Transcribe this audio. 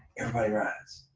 everybody, runs